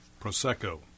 Prosecco